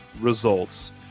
results